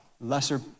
lesser